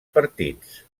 partits